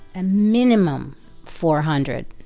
and minimum four hundred